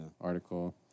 article